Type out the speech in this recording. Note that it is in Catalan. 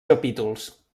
capítols